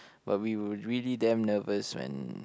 but we were really damn nervous when